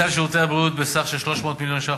כולל תוספת לסל שירותי הבריאות בסך של 300 מיליון ש"ח